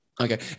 Okay